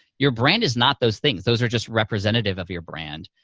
your brand is not those things. those are just representative of your brand.